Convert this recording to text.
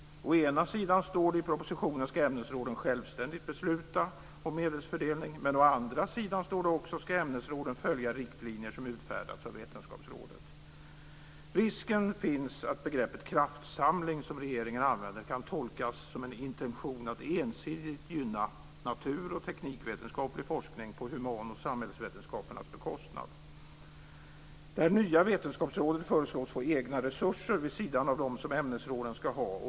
Å ena sidan ska ämnesråden självständigt besluta om medelsfördelning, men å andra sidan ska ämnesråden följa de riktlinjer som utfärdas av vetenskapsrådet. Risken finns att begreppet "kraftsamling" som regeringen använder kan tolkas som en intention att ensidigt gynna natur och teknikvetenskaplig forskning på human och samhällsvetenskapernas bekostnad. Det nya vetenskapsrådet föreslås få egna resurser vid sidan av dem som ämnesråden ska ha.